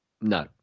no